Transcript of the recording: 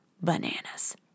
Bananas